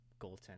goaltender